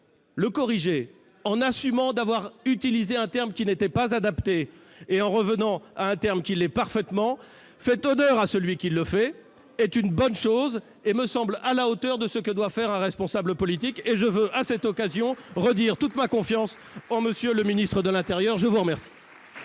Le corriger, en assumant d'avoir utilisé un terme qui n'était pas adapté et en revenant à un terme qui l'est parfaitement, fait honneur à celui qui le fait, c'est une bonne chose et cela me semble à la hauteur de ce que doit faire un responsable politique. Je veux donc, à cette occasion, redire toute ma confiance en M. le ministre de l'intérieur. La parole